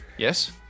Yes